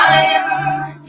time